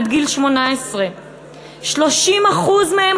עד גיל 18. 30% מהם,